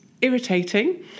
irritating